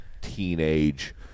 teenage